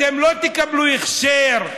אתם לא תקבלו הכשר,